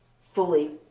fully